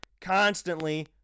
constantly